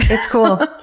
it's cool.